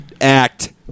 act